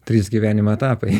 trys gyvenimo etapai